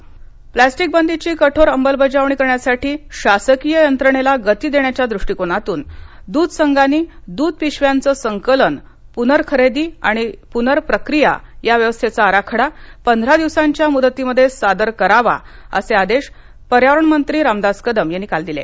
plastic बंदी plastic बंदीची कठोर अंमलबजावणी करण्यासाठी शासकीय यंत्रणेला गती देण्याच्या दृष्टीकोनातून दूध संघांनी द्ध पिशव्यांचं संकलन पूर्नखरेदी किंवा पूर्नप्रक्रिया या व्यवस्थेचा आराखडा पंधरा दिवसांच्या मुदतीमध्ये सादर करावा असे आदेश पर्यावरणमंत्री रामदास कदम यांनी काल दिले